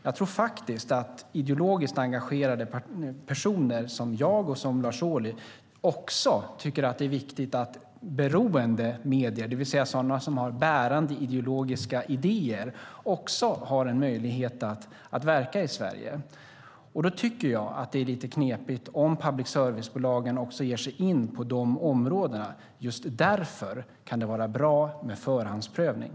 Jag tror att ideologiskt engagerade personer som jag och Lars Ohly också tycker att det är viktigt att beroende medier, det vill säga sådana som har bärande ideologiska idéer, också har en möjlighet att verka i Sverige. Då tycker jag att det är lite knepigt om public service-bolagen också ger sig in på de områdena. Just därför kan det vara bra med förhandsprövning.